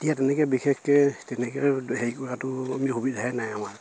এতিয়া তেনেকে বিশেষকে তেনেকে হেৰি কৰাটো আমি সুবিধাইে নাই আমাৰ